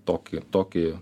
tokį tokį